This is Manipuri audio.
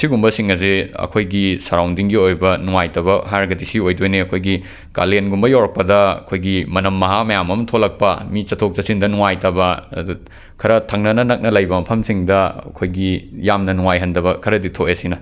ꯁꯤꯒꯨꯝꯕ ꯁꯤꯡ ꯑꯁꯦ ꯑꯩꯈꯣꯏꯒꯤ ꯁꯔꯥꯎꯟꯗꯤꯡꯒꯤ ꯑꯣꯏꯕ ꯅꯨꯡꯉꯥꯏꯇꯕ ꯍꯥꯏꯔꯒꯗꯤ ꯁꯤ ꯑꯣꯏꯗꯣꯏꯅꯤ ꯑꯩꯈꯣꯏꯒꯤ ꯀꯥꯂꯦꯟꯒꯨꯝꯕ ꯌꯧꯔꯛꯄꯗ ꯑꯩꯈꯣꯏꯒꯤ ꯃꯅꯝ ꯃꯍꯥ ꯃꯌꯥꯝ ꯑꯃ ꯊꯣꯛꯂꯛꯄ ꯃꯤ ꯆꯠꯊꯣꯛ ꯆꯠꯁꯤꯟꯗ ꯅꯨꯡꯉꯥꯏꯇꯕ ꯑꯗꯨ ꯈꯔ ꯊꯪꯅꯅ ꯅꯛꯅ ꯂꯩꯕ ꯃꯐꯝꯁꯤꯡꯗ ꯑꯩꯈꯣꯏꯒꯤ ꯌꯥꯝꯅ ꯅꯨꯡꯉꯥꯏꯍꯟꯗꯕ ꯈꯔꯗꯤ ꯊꯣꯛꯑꯦ ꯁꯤꯅ